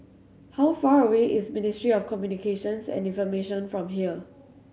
how far away is Ministry of Communications and Information from here